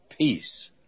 peace